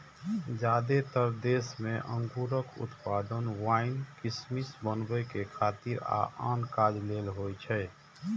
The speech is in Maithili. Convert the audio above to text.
जादेतर देश मे अंगूरक उत्पादन वाइन, किशमिश बनबै खातिर आ आन काज लेल होइ छै